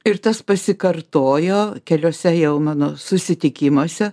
ir tas pasikartojo keliose jau mano susitikimuose